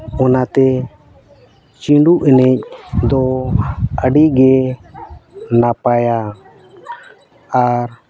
ᱚᱱᱟᱛᱮ ᱪᱷᱤᱸᱰᱩ ᱮᱱᱮᱡ ᱫᱚ ᱟᱹᱰᱤ ᱜᱮ ᱱᱟᱯᱟᱭᱟ ᱟᱨ